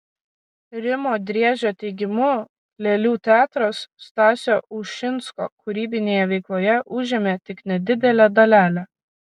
rimo driežio teigimu lėlių teatras stasio ušinsko kūrybinėje veikloje užėmė tik nedidelę dalelę